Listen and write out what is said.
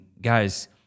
guys